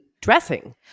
dressing